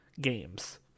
games